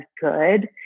good